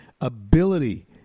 ability